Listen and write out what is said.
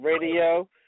radio